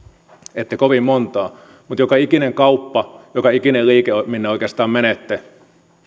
ette kovin montaa mutta joka ikinen kauppa joka ikinen liike minne oikeastaan menette